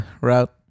route